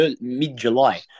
mid-July